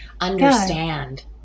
understand